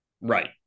Right